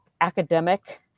academic